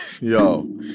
yo